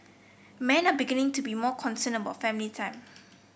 men are beginning to be more concerned about family time